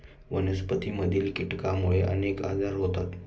वनस्पतींमधील कीटकांमुळे अनेक आजार होतात